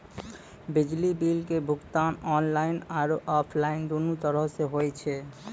बिजली बिल के भुगतान आनलाइन आरु आफलाइन दुनू तरहो से होय छै